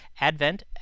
Advent